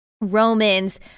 Romans